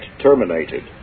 terminated